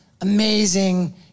amazing